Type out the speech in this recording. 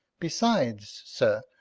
besides, sir,